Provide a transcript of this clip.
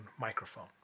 microphone